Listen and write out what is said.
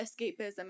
escapism